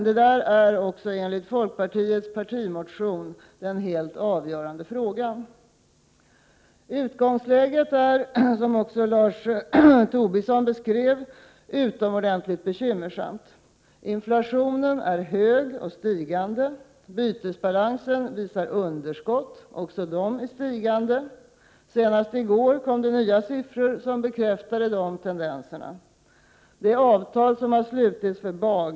Det är också enligt folkpartiets partimotion den helt avgörande frågan. Utgångsläget är, som också Lars Tobisson beskrev det, utomordentligt bekymmersamt. Inflationen är hög och stigande, bytesbalansen visar ett underskott, också det i stigande. Senast i går kom det nya siffror som bekräftade de tendenserna. Det avtal som har slutits för bagarna ger en = Prot.